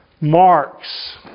marks